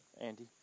Andy